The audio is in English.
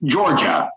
Georgia